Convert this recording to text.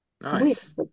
Nice